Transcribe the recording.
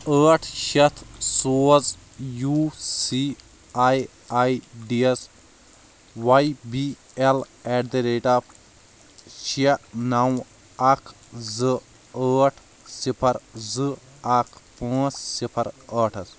ٲٹھ شیٚتھ سوز U C I I D S Y اٮ۪ل be at the rate of شیٚے نو اکھ زٕ ٲٹھ صفر زٕ اکھ پانٛژھ صفر ٲٹھس